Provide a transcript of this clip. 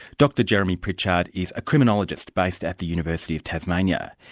dr jeremy pritchard is a criminologist based at the university of tasmania.